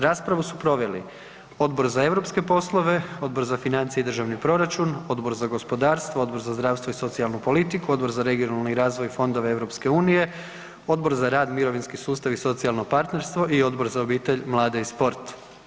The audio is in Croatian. Raspravu su proveli Odbor za europske poslove, Odbor za financije i državni proračun, Odbor za gospodarstvo, Odbor za zdravstvo i socijalnu politiku, Odbor za regionalni razvoj fondova EU, Odbor za rad, mirovinski sustav i socijalno partnerstvo i Odbor za obitelj, mlade i sport.